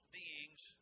beings